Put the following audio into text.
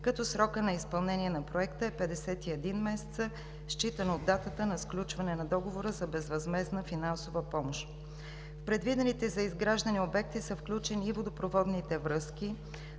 като срокът на изпълнение на Проекта е 51 месеца, считано от датата на сключване на договора за безвъзмездна финансова помощ. В предвидените за изграждане обекти са включени и водопроводните връзки: